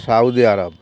Saudi Arab